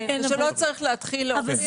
כן, שלא צריך להתחיל להוכיח.